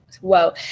whoa